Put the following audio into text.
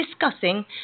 discussing